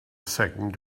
second